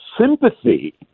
sympathy